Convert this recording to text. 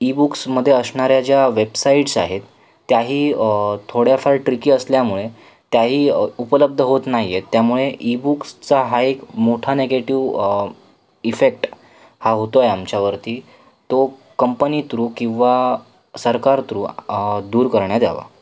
ईबुक्समध्ये असणाऱ्या ज्या वेबसाईट्स आहेत त्याही थोड्याफार ट्रिकी असल्यामुळे त्याही उपलब्ध होत नाही आहेत त्यामुळे ईबुक्सचा हा एक मोठा नेगेटिव इफेक्ट हा होतो आहे आमच्यावरती तो कंपनी थ्रू किंवा सरकार थ्रू दूर करण्यात यावा